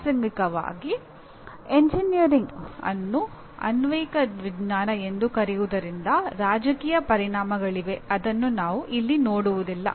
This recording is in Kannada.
ಪ್ರಾಸಂಗಿಕವಾಗಿ ಎಂಜಿನಿಯರಿಂಗ್ ಅನ್ನು ಅನ್ವಯಿಕ ವಿಜ್ಞಾನ ಎಂದು ಕರೆಯುವುದರಿಂದ ರಾಜಕೀಯ ಪರಿಣಾಮಗಳಿವೆ ಅದನ್ನು ನಾವು ಇಲ್ಲಿ ನೋಡುವುದಿಲ್ಲ